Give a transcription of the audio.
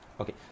Okay